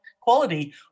quality